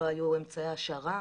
לא היו אמצעי העשרה,